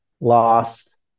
lost